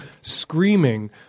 screaming